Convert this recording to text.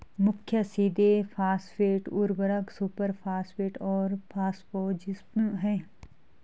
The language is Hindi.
मुख्य सीधे फॉस्फेट उर्वरक सुपरफॉस्फेट और फॉस्फोजिप्सम हैं